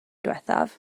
ddiwethaf